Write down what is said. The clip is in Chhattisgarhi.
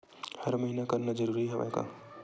हर महीना करना जरूरी हवय का?